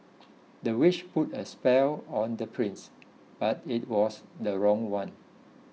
the witch put a spell on the prince but it was the wrong one